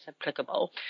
applicable